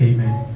Amen